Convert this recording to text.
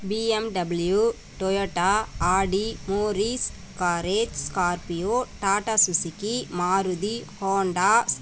BMW Toyota Audi Morris Garage Scorpio Tata Suzuki Maruti Hondas